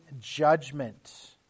judgment